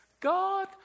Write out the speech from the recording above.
God